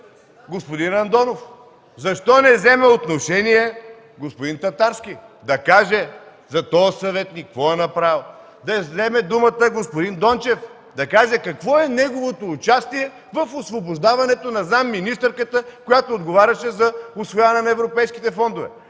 господин Андонов? Защо не вземе отношение господин Татарски да каже за този съветник какво е направил. Да вземе думата господин Дончев да каже какво е неговото участие в освобождаването на заместник-министърката, която отговаряше за усвояване на европейските фондове.